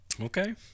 Okay